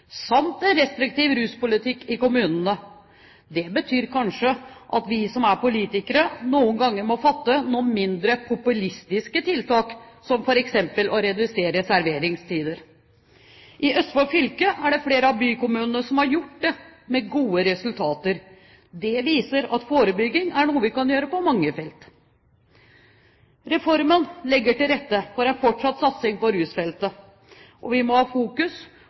samt en restriktiv ruspolitikk i kommunene. Det betyr kanskje at vi som er politikere, noen ganger må fatte noen mindre populistiske vedtak, som f.eks. å innskrenke serveringstidene. I Østfold fylke er det flere av bykommunene som har gjort det, med gode resultater. Det viser at forebygging er noe vi kan gjøre på mange felt. Reformen legger til rette for en fortsatt satsing på rusfeltet, og vi må ha fokus